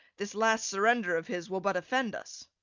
this last surrender of his will but offend us.